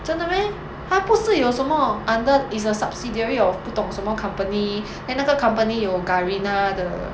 真的 meh 它不是有什么 under it's a subsidiary of 不懂什么 company then 那个 company 有 Garena 的